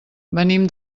venim